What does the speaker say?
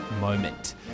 moment